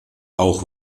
auch